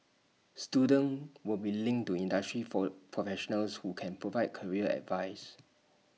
students will be linked to industry for professionals who can provide career advice